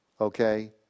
okay